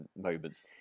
moment